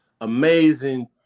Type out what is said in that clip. amazing